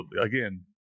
Again